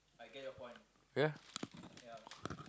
ya